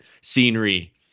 scenery